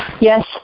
Yes